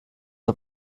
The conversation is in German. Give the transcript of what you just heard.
auf